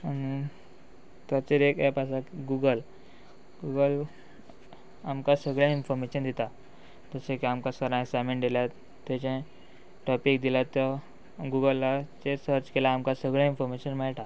आनी ताचेर एक एप आसा गुगल गुगल आमकां सगळें इनफोर्मेशन दिता जशे की आमकां सरान एसायमेंट दिल्या तेजे टॉपीक दिल्या गुगलाचेर सर्च केल्यार आमकां सगळें इनफोर्मेशन मेळटा